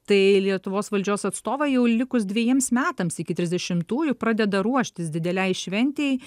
tai lietuvos valdžios atstovai jau likus dvejiems metams iki trisdešimtųjų pradeda ruoštis didelei šventei